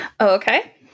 Okay